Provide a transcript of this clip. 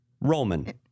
Roman